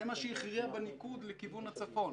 זה מה שהכריע בניקוד לכיוון הצפון.